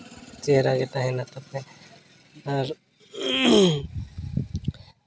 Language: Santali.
ᱪᱮᱦᱨᱟ ᱜᱮ ᱛᱟᱦᱮᱱᱚᱜ ᱛᱟᱯᱮᱭᱟ ᱟᱨ